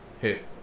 hit